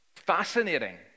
Fascinating